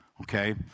okay